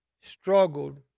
struggled